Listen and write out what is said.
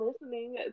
listening